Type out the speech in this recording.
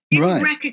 Right